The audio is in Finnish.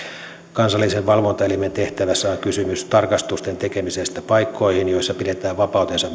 kansallisen valvontaelimen tehtävässä on kysymys tarkastusten tekemisestä paikkoihin joissa pidetään vapautensa